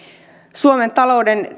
suomen talouden